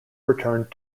returned